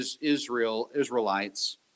Israelites